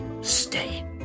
stay